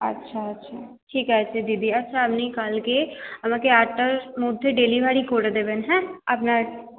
আচ্ছা আচ্ছা ঠিক আছে দিদি আচ্ছা আপনি কালকে আমাকে আটটার মধ্যে ডেলিভারি করে দেবেন হ্যাঁ আপনার